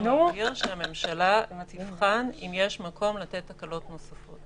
שמבהיר שהממשלה תבחן אם יש מקום לתת הקלות נוספות.